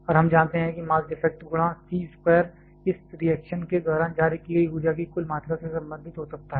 और हम जानते हैं कि मास डिफेक्ट गुणा c स्क्वायर इस रिएक्शन के दौरान जारी की गई ऊर्जा की कुल मात्रा से संबंधित हो सकता है